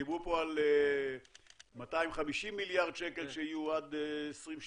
דיברו פה על 250 מיליארד שקל שיהיו עד 2030,